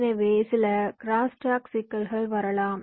எனவே சில க்ரோஸ்டாக் சிக்கல்கள் வரலாம்